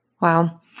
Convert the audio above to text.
Wow